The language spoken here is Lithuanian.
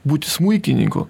būti smuikininku